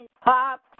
Pop